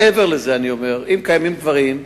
מעבר לזה אני אומר שאם קיימים דברים,